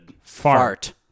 Fart